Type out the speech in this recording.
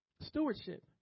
Stewardship